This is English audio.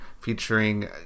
featuring